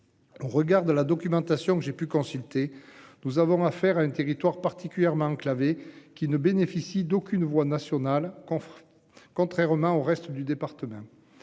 On regard de la documentation que j'ai pu consulter, nous avons affaire à un territoire particulièrement enclavé qui ne bénéficient d'aucune voix nationale con. Contrairement au reste du département.